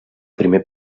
primer